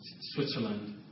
Switzerland